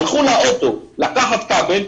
הלכו לאוטו לקחת כלי,